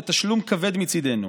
בתשלום כבד מצידנו.